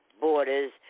borders